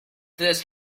this